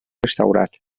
restaurat